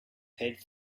had